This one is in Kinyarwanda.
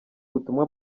ubutumwa